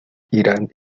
irán